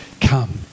come